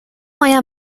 moja